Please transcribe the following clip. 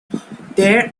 there